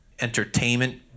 entertainment